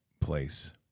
place